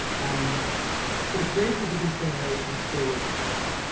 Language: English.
and so creators are this generation's storytellers.